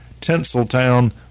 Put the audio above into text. Tinseltown